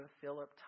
philip